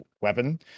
weapon